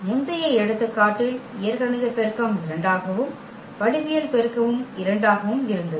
முந்தைய எடுத்துக்காட்டில் இயற்கணித பெருக்கம் 2 ஆகவும் வடிவியல் பெருக்கமும் 2 ஆகவும் இருந்தது